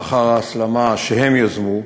לאחר ההסלמה, שהם יזמו,